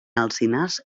alzinars